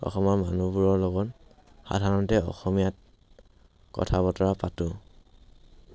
অসমৰ মানুহবোৰৰ লগত সাধাৰণতে অসমীয়াত কথা বতৰা পাতোঁ